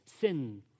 sin